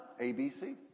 ABC